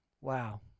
wow